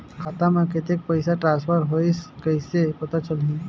खाता म कतेक पइसा ट्रांसफर होईस कइसे पता चलही?